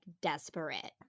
desperate